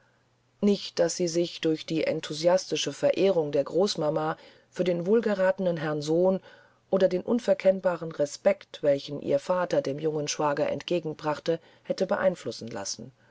nicht daß sie sich durch die enthusiastische verehrung der großmama für den wohlgeratenen herrn sohn oder den unverkennbaren respekt welchen ihr vater dem jungen schwager entgegenbrachte hätte beeinflussen lassen